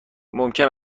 ممکن